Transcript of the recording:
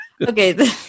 Okay